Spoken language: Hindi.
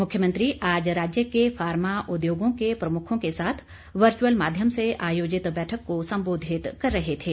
मुख्यमंत्री आज राज्य के फार्मा उद्योगों के प्रमुखों के साथ वर्चुअल माध्यम से आयोजित बैठक को संबोधित कर रहे थे